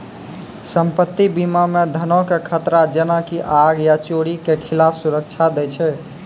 सम्पति बीमा मे धनो के खतरा जेना की आग या चोरी के खिलाफ सुरक्षा दै छै